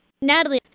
Natalie